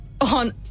on